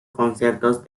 conciertos